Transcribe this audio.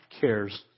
cares